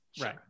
Right